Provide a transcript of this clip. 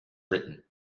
written